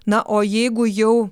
na o jeigu jau